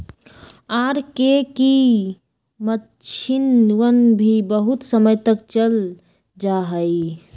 R K की मक्षिणवन भी बहुत समय तक चल जाहई